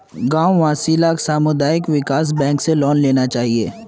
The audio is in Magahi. गांव वासि लाक सामुदायिक विकास बैंक स ऋण लेना चाहिए